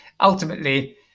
ultimately